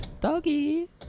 Doggy